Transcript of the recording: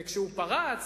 כשהוא פרץ